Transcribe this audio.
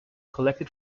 collected